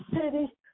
city